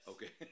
Okay